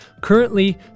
Currently